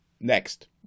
Next